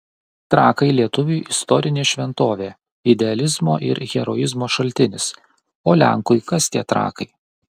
trakai lietuviui istorinė šventovė idealizmo ir heroizmo šaltinis o lenkui kas tie trakai